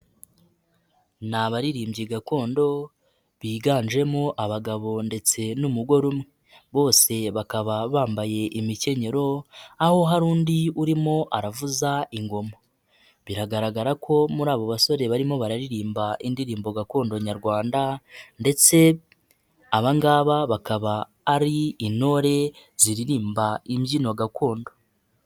Ni abaririmbyi gakondo biganjemo abagabo ndetse n'umugore umwe, bose bakaba bambaye imikenyero aho hari undi urimo aravuza ingoma. Biragaragara ko muri abo basore barimo bararirimba indirimbo gakondo Nyarwanda ndetse aba ngaba bakaba ari intore ziririmba imbyino gakondo.